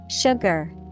Sugar